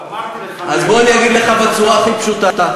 אמרתי לך, אז בוא אני אגיד לך בצורה הכי פשוטה: